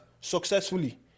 successfully